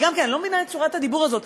אני לא מבינה את צורת הדיבור הזאת.